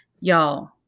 Y'all